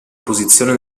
posizione